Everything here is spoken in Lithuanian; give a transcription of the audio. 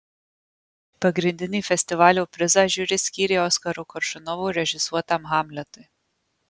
pagrindinį festivalio prizą žiuri skyrė oskaro koršunovo režisuotam hamletui